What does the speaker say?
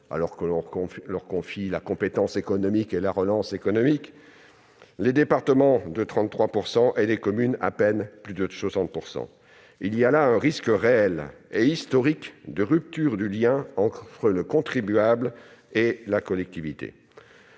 alors qu'on leur confie la compétence économique et la relance, les départements de 33 % et les communes d'à peine plus de 60 %. Il y a là un risque réel et historique de rupture du lien entre le contribuable et les collectivités.